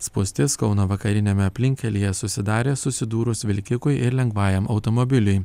spūstis kauno vakariniame aplinkkelyje susidarė susidūrus vilkikui ir lengvajam automobiliui